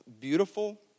beautiful